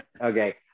Okay